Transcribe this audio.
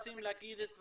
והשיבוץ שלי פה,